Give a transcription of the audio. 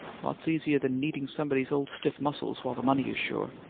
lots easier than kneading somebody's old stiff muscles, while the money is sure.